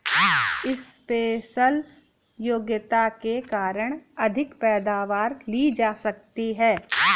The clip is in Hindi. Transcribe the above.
स्पेशल योग्यता के कारण अधिक पैदावार ली जा सकती है